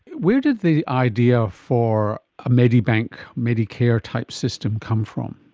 where did the idea for a medibank medicare type system come from?